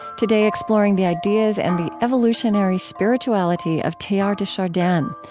today exploring the ideas and the evolutionary spirituality of teilhard de chardin,